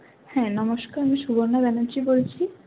হ্যাঁ নমস্কার আমি সুবর্ণা ব্যানার্জ্জী বলছি